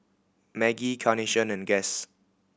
Maggi Carnation and Guess